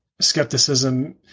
skepticism